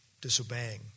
disobeying